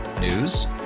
News